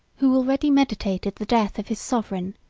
who already meditated the death of his sovereign,